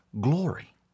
glory